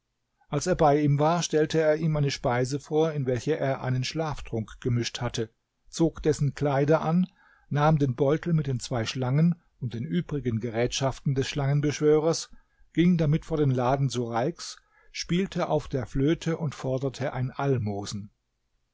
als er bei ihm war stellte er ihm eine speise vor in welche er einen schlaftrunk gemischt hatte zog dessen kleider an nahm den beutel mit den zwei schlangen und den übrigen gerätschaften des schlangenbeschwörers ging damit vor den laden sureiks spielte auf der flöte und forderte ein almosen